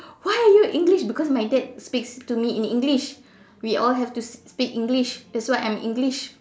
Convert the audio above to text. why are you English because my dad speaks to me in English we all have to speak English that's why I am English